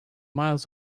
miles